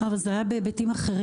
אבל זה היה בהיבטים אחרים.